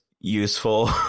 useful